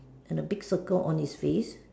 and a big circle on his face